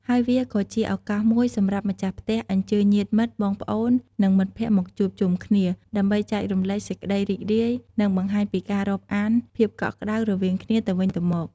ហើយវាក៏ជាឱកាសមួយសម្រាប់ម្ចាស់ផ្ទះអញ្ជើញញាតិមិត្ត បងប្អូន និងមិត្តភក្តិមកជួបជុំគ្នា ដើម្បីចែករំលែកសេចក្តីរីករាយ និងបង្ហាញពីការរាប់អានភាពកក់ក្តៅរវាងគ្នាទៅវិញទៅមក។